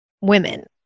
women